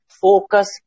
focus